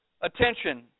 attention